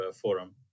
forum